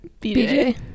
BJ